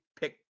pick